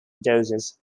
doses